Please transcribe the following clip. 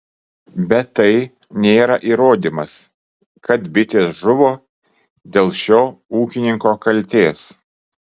bet tai nėra įrodymas kad bitės žuvo dėl šio ūkininko kaltės